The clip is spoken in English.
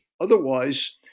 otherwise